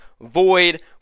Void